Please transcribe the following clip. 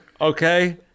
okay